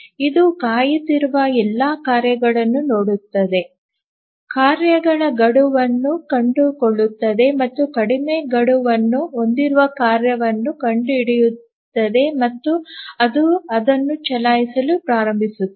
ಇದು ಕಾಯುತ್ತಿರುವ ಎಲ್ಲಾ ಕಾರ್ಯಗಳನ್ನು ನೋಡುತ್ತದೆ ಕಾರ್ಯಗಳ ಗಡುವನ್ನು ಕಂಡುಕೊಳ್ಳುತ್ತದೆ ಮತ್ತು ಕಡಿಮೆ ಗಡುವನ್ನು ಹೊಂದಿರುವ ಕಾರ್ಯವನ್ನು ಕಂಡುಹಿಡಿಯುತ್ತದೆ ಮತ್ತು ಅದು ಅದನ್ನು ಚಲಾಯಿಸಲು ಪ್ರಾರಂಭಿಸುತ್ತದೆ